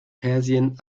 persien